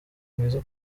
mwiza